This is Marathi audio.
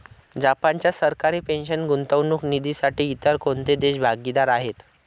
जपानच्या सरकारी पेन्शन गुंतवणूक निधीसाठी इतर कोणते देश भागीदार आहेत?